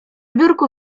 biurku